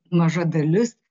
maža dalis